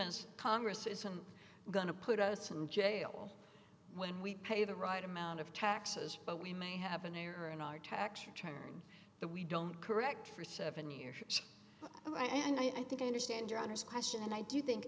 as congress isn't going to put us in jail when we pay the right amount of taxes but we may have an error in our tax return that we don't correct for seven years and i think i understand your honour's question and i do think